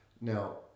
Now